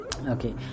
Okay